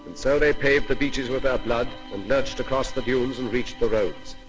so they paved the beaches with our blood and lurched across the dunes and reached the roads.